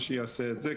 ושיעשה את זה,